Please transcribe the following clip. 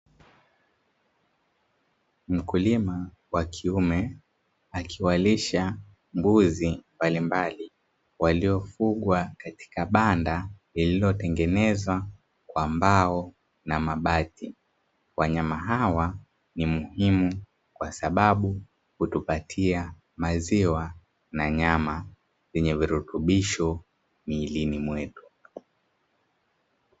Mkulima wa kiume akiwalisha mbuzi mbalimbali waliofugwa katika banda lililotengenezwa kwa mbao na mabati. Wanyama hawa ni muhimu kwa sababu hutupatia maziwa na nyama zenye virututbisho miilini mwetu.